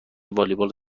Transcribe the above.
والیبال